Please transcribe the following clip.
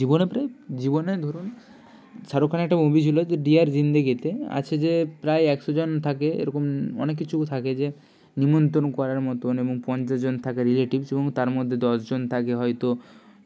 জীবনে প্রায় জীবনে ধরুন শাহরুখ খানের একটা মুভি ছিল যে ডিয়ার জিন্দেগিতে আছে যে প্রায় একশোজন থাকে এরকম অনেক কিছু থাকে যে নিমন্ত্রণ করার মতন এবং পঞ্চাশজন থাকে রিলেটিভস এবং তার মধ্যে দশজন থাকে হয়তো